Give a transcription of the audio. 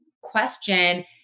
question